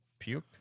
puked